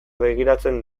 begiratzen